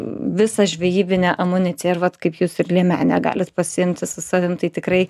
visą žvejybinę amuniciją ir vat kaip jūs ir liemenę galit pasiimti su savim tai tikrai